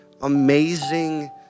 amazing